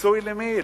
כיסוי למי?